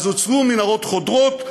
אז הוצגו מנהרות חודרות,